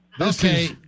Okay